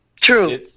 True